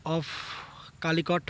of Calicut